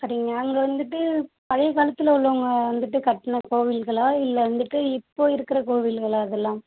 சரிங்க அங்கே வந்துட்டு பழைய காலத்தில் உள்ளவங்க வந்துட்டு கட்டின கோவில்களா இல்லை வந்துட்டு இப்போ இருக்கிற கோவில்களா அதெல்லாம்